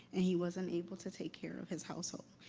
and he wasn't able to take care of his household.